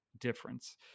difference